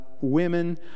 women